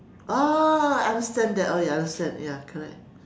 oh I understand that oh ya understand ya correct